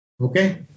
Okay